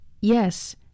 Yes